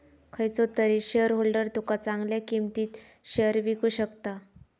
खयचो तरी शेयरहोल्डर तुका चांगल्या किंमतीत शेयर विकु शकता